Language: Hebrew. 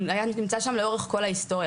הוא היה נמצא שם לאורך כל ההיסטוריה.